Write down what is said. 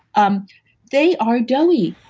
um they are doughy.